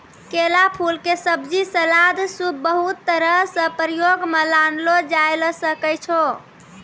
केला फूल के सब्जी, सलाद, सूप बहुत तरह सॅ प्रयोग मॅ लानलो जाय ल सकै छो